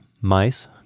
mice